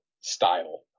style